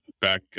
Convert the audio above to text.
back